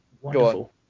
wonderful